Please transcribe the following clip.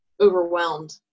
overwhelmed